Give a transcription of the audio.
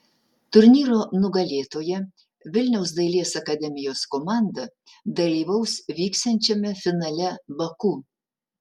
turnyro nugalėtoja vilniaus dailės akademijos komanda dalyvaus vyksiančiame finale baku